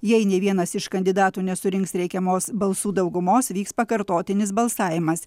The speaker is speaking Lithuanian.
jei nė vienas iš kandidatų nesurinks reikiamos balsų daugumos vyks pakartotinis balsavimas